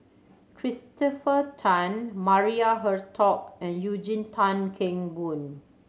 Christopher Tan Maria Hertogh and Eugene Tan Kheng Boon